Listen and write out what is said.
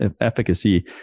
efficacy